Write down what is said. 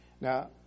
Now